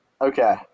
Okay